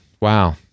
wow